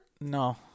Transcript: No